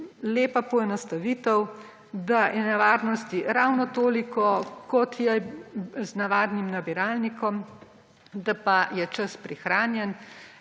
lepa poenostavitev, da je nevarnosti ravno toliko, kot je je z navadnim nabiralnikom, da pa je čas prihranjen